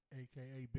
aka